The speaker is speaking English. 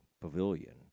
pavilion